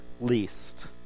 least